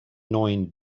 neuen